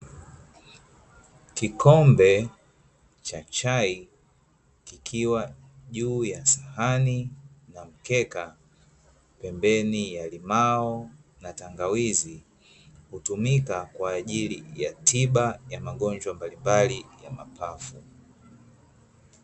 Kikombe cha chai kikiwa juu ya sahani na mkeka pembeni ya limao na tangawizi, hutumika kwa ajili tiba ya magonjwa mbalimbali ya mapafu.